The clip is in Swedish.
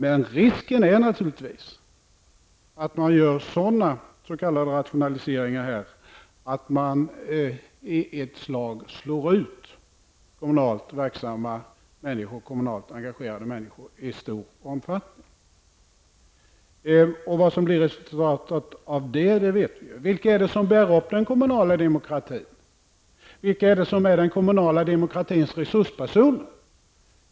Men risken är naturligtvis att man gör sådana s.k. rationaliseringar att man i ett slag slår ut kommunalt engagerade människor i stor omfattning. Vad resultatet härav blir vet vi. Vilka är det som bär upp den kommunala demokratin? Vilka är den kommunala demokratins resurspersoner?